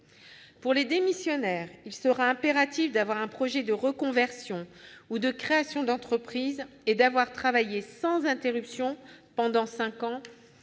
Pour les démissionnaires, il sera impératif d'avoir un projet de reconversion ou de création d'entreprise et d'avoir travaillé sans interruption pendant cinq